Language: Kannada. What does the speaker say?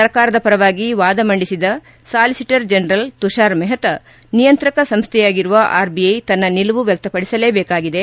ಸರ್ಕಾರದ ಪರವಾಗಿ ವಾದ ಮಂದಿಸಿದ ಸಾಲಿಸಿಟರ್ ಜನರಲ್ ತುಷಾರ್ ಮೆಹ್ತಾ ನಿಯಂತ್ರಕ ಸಂಸ್ಗೆಯಾಗಿರುವ ಆರ್ಬಿಐ ತನ್ನ ನಿಲುವು ವ್ಯಕ್ತಪದಿಸಲೇಬೇಕಾಗಿದೆ